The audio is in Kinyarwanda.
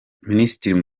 minisitiri